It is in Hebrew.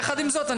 יחד עם זאת,